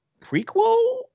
prequel